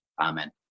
Amen